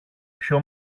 πιο